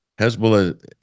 Hezbollah